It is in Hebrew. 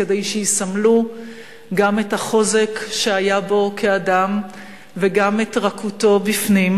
כדי שיסמלו גם את החוזק שהיה בו כאדם וגם את רכותו בפנים,